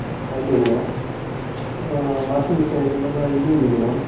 సరే okay madam washing machine అయిపోయిన తర్వాత ఇది ఉంది మేడమ్